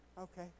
Okay